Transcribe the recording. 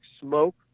smoke